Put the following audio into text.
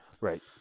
Right